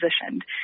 positioned